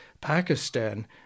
Pakistan